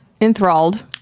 enthralled